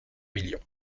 million